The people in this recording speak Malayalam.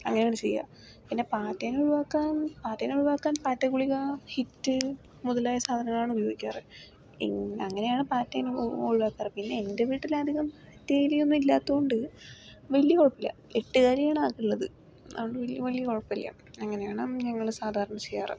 അങ്ങനെയാണ് ചെയ്യുക പിന്നേ പാറ്റേനെ ഒഴിവാക്കാൻ പാറ്റേനെ ഒഴിവാക്കാൻ പാറ്റ ഗുളിക ഹിറ്റ് മുതലായ സാധനങ്ങളാണ് ഉപയോഗിക്കാറ് ഇങ് അങ്ങനെയാണ് പാറ്റേനെ ഒഴിവാക്കാറ് പിന്നെ എൻ്റെ വീട്ടിലധികം പാറ്റയും എലിയും ഇല്ലാത്തതുകൊണ്ട് വലിയ കുഴപ്പമില്ല എട്ടുകാലിയാണ് ആകെ ഉള്ളത് അങ്ങനെ വലിയ കുഴപ്പമില്ല അങ്ങനെയാണ് ഞങ്ങൾ സാധാരണ ചെയ്യാറ്